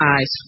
eyes